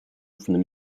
from